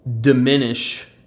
diminish